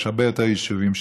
יש הרבה יותר יישובים שם,